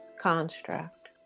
construct